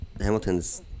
Hamilton's